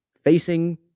Facing